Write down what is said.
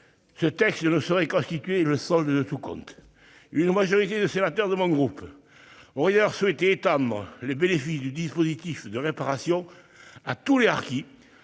ce texte ne saurait constituer le solde de tout compte ». Une majorité des sénateurs de mon groupe aurait d'ailleurs souhaité étendre le bénéfice du dispositif de réparation à tous les harkis,